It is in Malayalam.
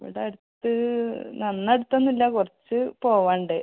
ഇവിടെ അടുത്ത് നല്ല അടുത്തൊന്നും ഇല്ല കുറച്ച് പോവാനുണ്ട്